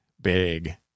big